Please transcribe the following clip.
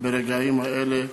ברגעים האלה,